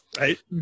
Right